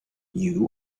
you